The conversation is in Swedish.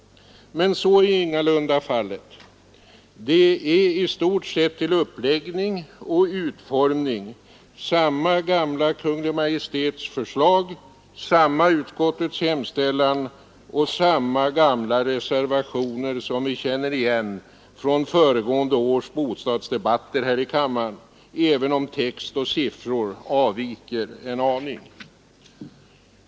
Men så är ingalunda fallet. Det är i stort sett till uppläggning och utformning samma gamla Kungl. Maj:ts förslag, samma utskottets hemställan och samma gamla reservationer som vi känner igen från föregående års bostadsdebatter här i kammaren, även om text och siffror avviker en aning.